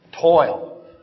Toil